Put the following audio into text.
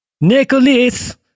Nicholas